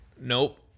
Nope